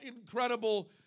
incredible